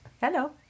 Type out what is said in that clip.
Hello